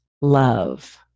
love